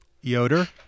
yoder